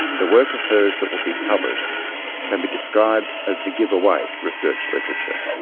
the work of hers that will be published can be described as the giveaway research literature,